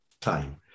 time